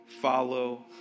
follow